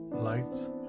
Lights